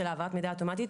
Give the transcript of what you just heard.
של העברת מידע אוטומטי,